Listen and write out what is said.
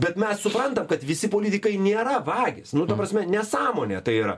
bet mes suprantam kad visi politikai nėra vagys nu ta prasme nesąmonė tai yra